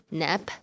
nap